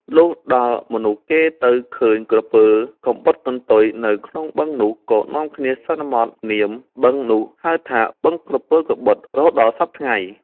លុះដល់មនុស្សគេទៅឃើញក្រពើកំបុតកន្ទុយនៅក្នុងបឹងនោះ ក៏នាំគ្នាសន្មតនាមបឹងនោះហៅថា “បឹងក្រពើកំបុតៗ” រហូតដល់សព្វថ្ងៃ ។